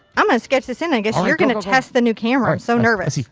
i'm going to sketch this in and i guess you're going to test the new camera. so nervous.